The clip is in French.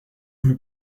rue